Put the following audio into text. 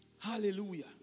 hallelujah